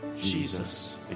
Jesus